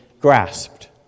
grasped